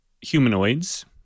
humanoids